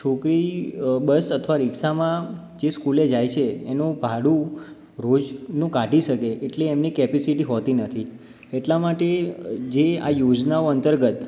છોકરી બસ અથવા રીક્ષામાં જે સ્કૂલે જાય છે એનું ભાડું રોજનું કાઢી શકે એટલી એમની કૅપેસિટી હોતી નથી એટલા માટે જે આ યોજનાઓ અંતર્ગત